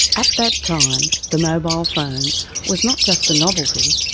at that time, the mobile phone was not just a novelty,